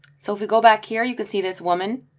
so if we go back here, you can see this woman,